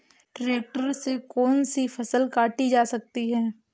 Tractor से कौन सी फसल काटी जा सकती हैं?